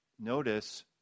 notice